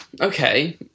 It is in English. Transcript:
okay